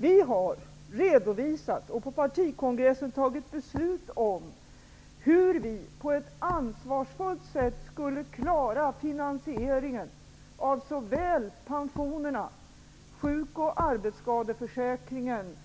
Vi har redovisat och på partikongressen fattat beslut om hur vi på ett ansvarsfullt sätt skulle klara finansieringen av pensionerna, sjuk och arbetsskadeförsäkringen